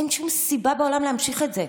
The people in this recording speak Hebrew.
אין שום סיבה בעולם להמשיך את זה,